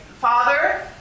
Father